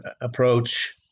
approach